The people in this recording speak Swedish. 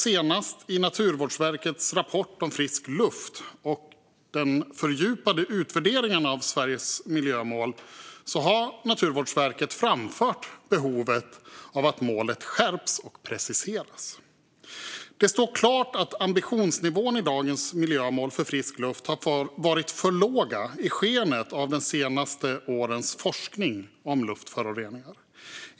Senast i Naturvårdsverkets rapport om frisk luft och den fördjupade utvärderingen av Sveriges miljömål har Naturvårdsverket framfört behovet av att målet skärps och preciseras. Det står klart att ambitionsnivåerna i dagens miljömål för frisk luft har varit för låga i skenet av de senaste årens forskning om luftföroreningar.